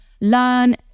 learn